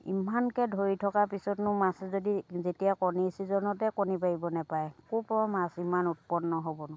ইমানকৈ ধৰি থকা পিছতনো মাছে যদি যেতিয়া কণী চিজনতে কণী পাৰিব নেপায় ক'ৰপৰা মাছ ইমান উৎপন্ন হ'বনো